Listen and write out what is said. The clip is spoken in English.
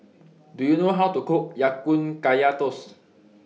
Do YOU know How to Cook Ya Kun Kaya Toast